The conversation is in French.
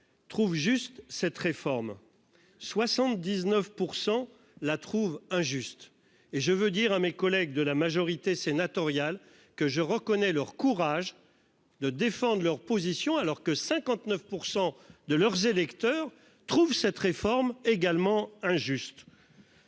trouvent juste cette réforme 79% la trouvent injuste et je veux dire à mes collègues de la majorité sénatoriale que je reconnais, leur courage de défendent leur position alors que 59% de leurs électeurs trouvent cette réforme également injuste.